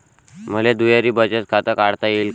मले दुहेरी बचत खातं काढता येईन का?